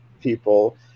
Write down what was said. people